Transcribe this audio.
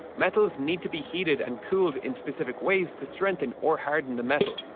metals need to be heated and cooled in specific ways to strengthen or harden the metal,